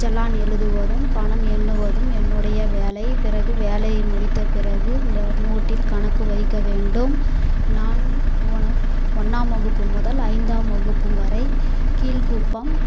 செல்லான் எழுதுவதும் பணம் எண்ணுவதும் என்னுடைய வேலை பிறகு வேலையை முடித்த பிறகு நோட்டில் கணக்கு வைக்க வேண்டும் நான் ஒன்னாம் வகுப்பு முதல் ஐந்தாம் வகுப்பும் வரை கீழ்குப்பம்